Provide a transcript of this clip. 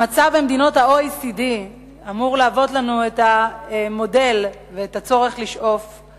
המצב במדינות ה-OECD אמור להוות לנו מודל שצריך לשאוף אליו: